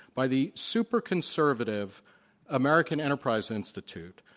by the super conservative american enterpriser institute,